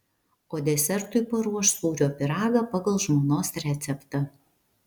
o desertui paruoš sūrio pyragą pagal žmonos receptą